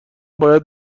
باید